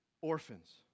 Orphans